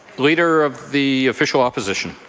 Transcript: leader of the official opposition.